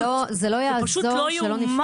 זה פשוט לא יאומן.